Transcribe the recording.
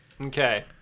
Okay